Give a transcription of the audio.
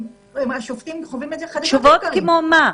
השופטים חווים את זה --- תשובות כמו מה?